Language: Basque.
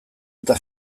eta